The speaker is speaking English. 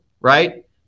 right